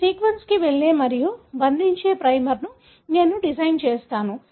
ఈ సీక్వెన్స్కు వెళ్లే మరియు బంధించే ప్రైమర్ను నేను డిజైన్ చేస్తాను